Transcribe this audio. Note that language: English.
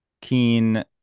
Keen